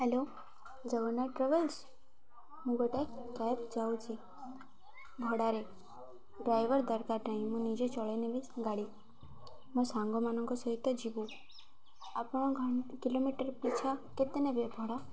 hello Jagannath travels ମୁଁ ଗୋଟେ cab ଯାଉଛି ଭଡ଼ାରେ ଡ୍ରାଇଭର୍ ଦରକାର ନାହିଁ ମୁଁ ନିଜେ ଚଳେଇ ନେବି ଯେ ଗାଡ଼ି ମୋ ସାଙ୍ଗମାନଙ୍କ ସହିତ ଯିବୁ ଆପଣ କିଲୋମିଟର୍ ପିଛା କେତେ ନେବେ ଭଡ଼ା